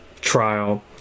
trial